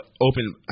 open